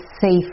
safe